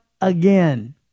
again